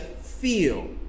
feel